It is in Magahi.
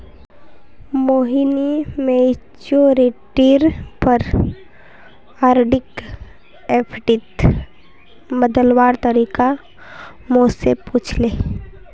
मोहिनी मैच्योरिटीर पर आरडीक एफ़डीत बदलवार तरीका मो से पूछले